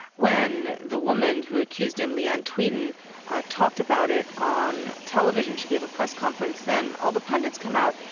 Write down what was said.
when the woman who accused him leeann tweeden talked about it on television she gave a press conference then all the pundits come out,